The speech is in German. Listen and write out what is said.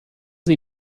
sie